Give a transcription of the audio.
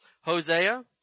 Hosea